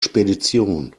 spedition